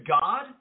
God